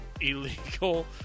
illegal